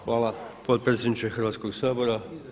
Hvala potpredsjedniče Hrvatskog sabora.